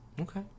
Okay